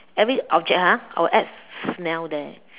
every object ha I will add smell there